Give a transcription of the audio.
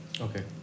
Okay